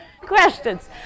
questions